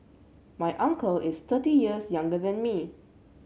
my uncle is thirty years younger than me